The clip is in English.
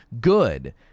Good